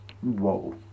whoa